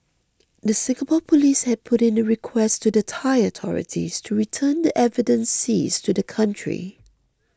the Singapore police had put in a request to the Thai authorities to return the evidence seized to the country